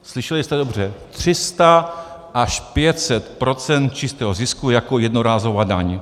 Slyšeli jste dobře 300 až 500 procent čistého zisku jako jednorázová daň.